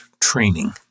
training